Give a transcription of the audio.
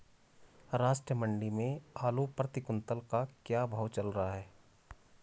राष्ट्रीय मंडी में आलू प्रति कुन्तल का क्या भाव चल रहा है?